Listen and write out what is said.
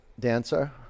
Dancer